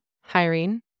hiring